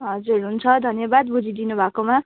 हजुर हुन्छ धन्यवाद बुझिदिनु भएकोमा